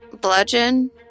bludgeon